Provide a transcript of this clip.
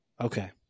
Okay